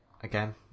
again